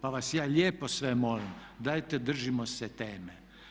Pa vas ja lijepo sve molim dajte držimo se teme.